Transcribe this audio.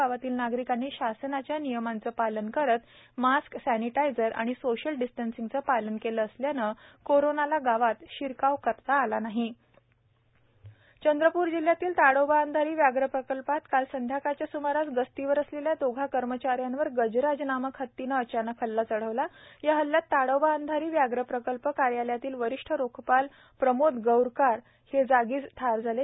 गावातील नागरिकांनी शासनाच्या नियमांचा पालन करत मास्क समिटायजर व सोशल डिस्टंसिंगचे पालन केले असल्याने कोरोनाला गावात शिरकाव करता आला नाही गजराज चंद्रपूर जिल्ह्यातील ताडोबा अंधारी व्याघ्र प्रकल्पात काल सायंकाळच्या स्मारास गस्तीवर असलेल्या दोघा कर्मचाऱ्यांवर गजराज नामक हतीने अचानक हल्ला चढविला या हल्यात ताडोबा अंधारी व्याघ्र प्रकल्प कार्यालयातील वरिष्ठ रोखपाल प्रमोद गौरकार हे जागीच ठार झाले आहेत